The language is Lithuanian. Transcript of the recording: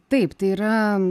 taip tai yra